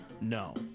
No